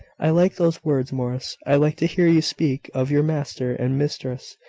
i like those words, morris. i like to hear you speak of your master and mistress,